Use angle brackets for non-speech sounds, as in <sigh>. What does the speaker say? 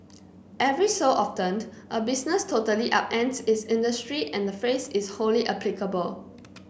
<noise> every so often a business totally upends its industry and the phrase is wholly applicable